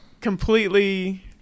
completely